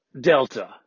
Delta